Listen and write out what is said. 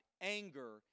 anger